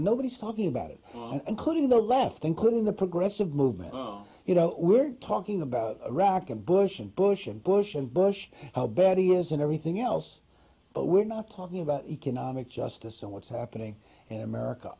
nobody's talking about it including the left including the progressive movement now you know we're talking about iraq and bush and bush and bush and bush how bad he is and everything else but we're not talking about economic justice and what's happening and america